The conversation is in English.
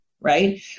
right